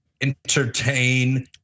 entertain